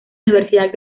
universidad